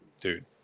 dude